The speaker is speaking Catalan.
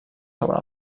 sobre